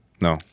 No